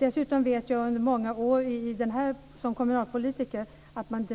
Dessutom vet jag efter många år som kommunalpolitiker att man